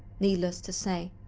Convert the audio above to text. needless to say,